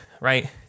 right